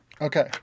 Okay